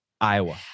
Iowa